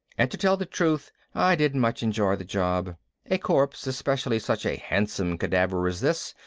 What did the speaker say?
and to tell the truth i didn't much enjoy the job a corpse, especially such a handsome cadaver as this,